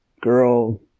girl